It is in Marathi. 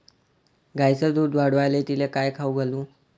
गायीचं दुध वाढवायले तिले काय खाऊ घालू?